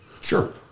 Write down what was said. Sure